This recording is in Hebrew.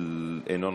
אינו נוכח,